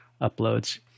uploads